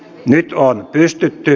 nyt on pystytty